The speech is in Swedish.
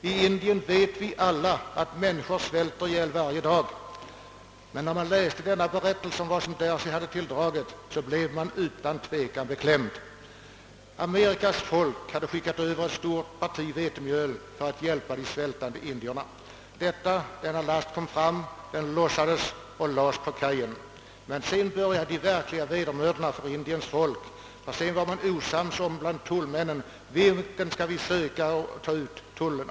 Vi vet alla att varje dag människor svälter ihjäl i Indien. När man läste berättelsen om vad sig där hade tilldragit blev man utan tvekan beklämd. Amerikas folk hade skickat över ett stort parti vetemjöl för att hjälpa de svältande indierna. Lasten kom fram, och den lossades på kajen, men sedan började de verkliga vedermödorna för Indiens folk. Tullmännen blev osams om vem som skulle betala tullavgiften.